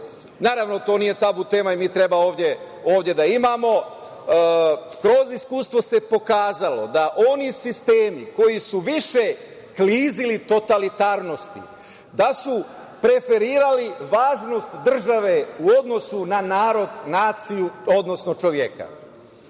Naravno, to nije tabu tema i mi treba ovde da je imamo. Kroz iskustvo se pokazalo da su oni sistemi koji su više klizili totalitarnosti preferirali važnost države u odnosu na narod, naciju, odnosno čoveka,